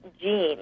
gene